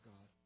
God